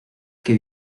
que